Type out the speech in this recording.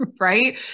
right